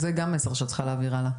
טובה, זה גם מסר שאת צריכה להעביר הלאה.